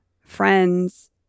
friends